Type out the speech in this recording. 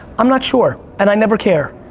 i'm not sure, and i never care.